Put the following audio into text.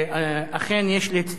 יש להצטרף לברכות